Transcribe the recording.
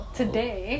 today